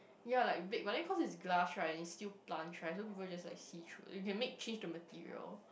ya like baked but then cause it's glass right and it's still plants right so people just like see through you can make change the material